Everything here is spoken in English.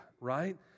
right